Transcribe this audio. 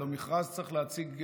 הלוא במכרז צריך להציג,